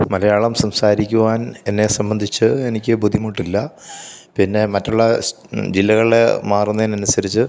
മലയാളം സംസാരിക്കുവാൻ എന്നെ സംബന്ധിച്ച് എനിക്ക് ബുദ്ധിമുട്ടില്ല പിന്നെ മറ്റുള്ള സ് ജില്ലകളെ മാറുന്നതിന് അനുസരിച്ച്